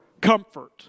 comfort